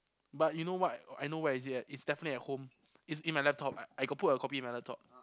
but you know what I know where is it at it's definitely at home it's in my laptop I I got put a copy in my laptop